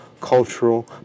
cultural